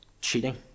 cheating